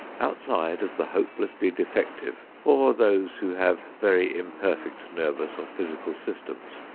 outside of the hopelessly defective, or those who have very imperfect nervous or physical systems,